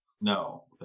No